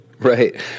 Right